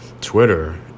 Twitter